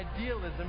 idealism